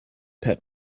pet